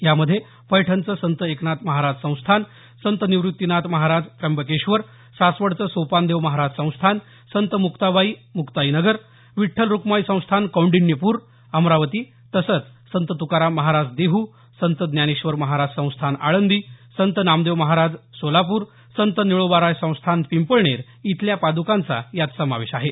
यामध्ये पैठणचं संत एकनाथ महाराज संस्थान संत निवृत्तीनाथ महाराज त्र्यंबकेश्वर सासवडचं सोपानदेव महाराज संस्थान संत मुक्ताबाई म्क्ताईनगर विठ्ठल रुक्माई संस्थान कौंडिण्यपूर अमरावती तसंच संत तुकाराम महाराज देहू संत ज्ञानेश्वर महाराज संस्थान आळंदी संत नामदेव महाराज सोलापूर संत निळोबाराय संस्थान पिंपळनेर इथल्या पादकांचा यात समावेश आहे